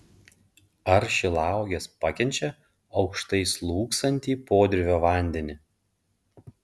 ar šilauogės pakenčia aukštai slūgsantį podirvio vandenį